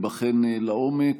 ייבחן לעומק,